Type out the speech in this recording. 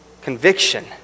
conviction